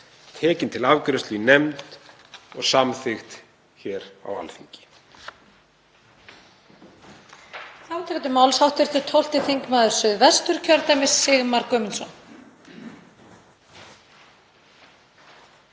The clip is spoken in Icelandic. tekin til afgreiðslu í nefnd og samþykkt hér á Alþingi.